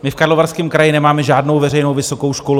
My v Karlovarském kraji nemáme žádnou veřejnou vysokou školu.